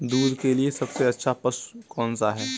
दूध के लिए सबसे अच्छा पशु कौनसा है?